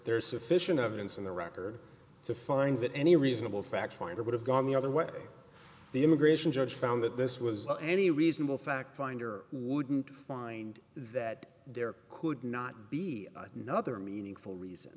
is sufficient evidence in the record to find that any reasonable fact finder would have gone the other way the immigration judge found that this was any reasonable fact finder wouldn't find that there could not be another meaningful reason